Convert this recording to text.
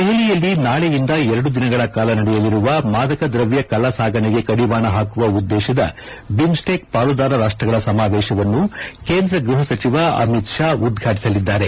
ದೆಹಲಿಯಲ್ಲಿ ನಾಳೆಯಿಂದ ಎರಡು ದಿನಗಳ ಕಾಲ ನಡೆಯಲಿರುವ ಮಾದಕ ದ್ರವ್ತ ಕಳ್ಳಸಾಗಣೆಗೆ ಕಡಿವಾಣ ಪಾಕುವ ಉದ್ದೇಶದ ಬಿಮ್ಸ್ಟೆಕ್ ಪಾಲುದಾರ ರಾಷ್ಟಗಳ ಸಮಾವೇಶವನ್ನು ಕೇಂದ್ರ ಗೃಪ ಸಚಿವ ಅಮಿತ್ ಷಾ ಉದ್ಘಾಟಿಸಲಿದ್ದಾರೆ